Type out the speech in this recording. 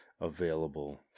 available